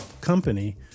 company